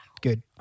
good